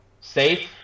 safe